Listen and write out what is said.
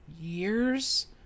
years